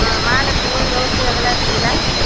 ஆ மாலைப்பூ ரோஸு அதெல்லாம் இருக்குங்களா